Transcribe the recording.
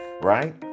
right